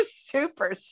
super